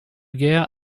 guère